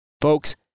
folks